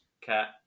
cat